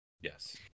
yes